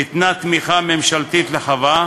ניתנה תמיכה ממשלתית לחווה,